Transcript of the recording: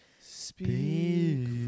speak